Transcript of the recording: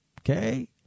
okay